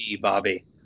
bobby